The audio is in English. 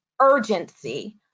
urgency